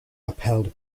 upheld